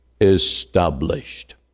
established